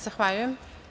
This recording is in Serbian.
Zahvaljujem.